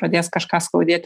pradės kažką skaudėt